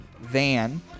van